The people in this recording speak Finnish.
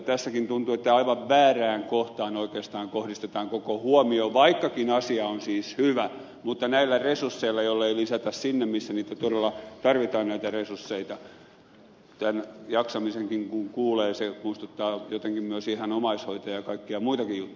tässäkin tuntuu että aivan väärään kohtaan oikeastaan kohdistetaan koko huomio vaikkakin asia on siis hyvä mutta näillä resursseilla jollei lisätä niitä sinne missä niitä todella tarvitaan tämän jaksamisenkin kun kuulee se muistuttaa jotenkin myös ihan omaishoitaja ja kaikkia muitakin juttuja